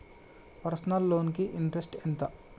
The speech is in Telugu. పర్సనల్ లోన్ కి ఇంట్రెస్ట్ ఎంత?